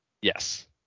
Yes